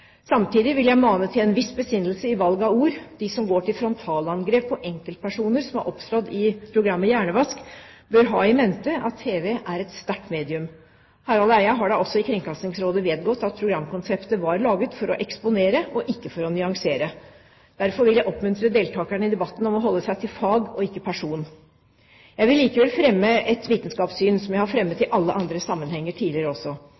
Samtidig vil jeg mane til en viss besinnelse i valg av ord. De som går til frontalangrep på enkeltpersoner som har opptrådt i programmet Hjernevask, bør ha in mente at tv er et sterkt medium. Harald Eia har da også i Kringkastingsrådet vedgått at programkonseptet var laget for å eksponere, og ikke for å nyansere. Derfor vil jeg oppfordre deltakerne i debatten til å holde seg til fag, og ikke person. Jeg vil likevel fremme et vitenskapssyn som jeg har fremmet i alle andre sammenhenger tidligere også.